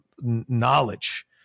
knowledge